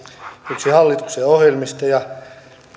yksi hallituksen ohjelmista ja